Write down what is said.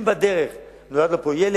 אם בדרך נולד לו פה ילד,